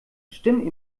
stimmen